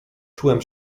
czułem